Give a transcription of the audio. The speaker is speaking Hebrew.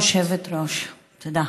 כבוד היושבת-ראש, תודה.